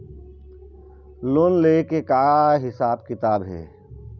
Loan ले के का हिसाब किताब हे?